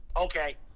Okay